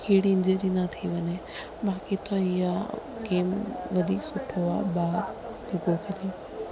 कहिड़ी इंजरी न थी वञे बाक़ी त इहा आहे गेम वधीक सुठो आहे